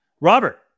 Robert